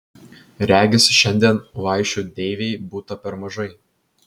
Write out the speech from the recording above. regis šiandien vaišių deivei būta per mažai